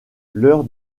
l’heure